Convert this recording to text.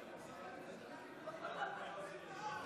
היושב-ראש,